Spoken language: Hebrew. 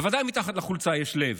בוודאי מתחת לחולצה יש לב.